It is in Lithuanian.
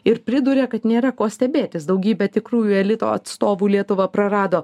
ir priduria kad nėra ko stebėtis daugybė tikrųjų elito atstovų lietuva prarado